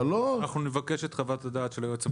אנחנו נבקש את חוות הדעת של היועץ המשפטי.